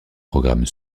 programme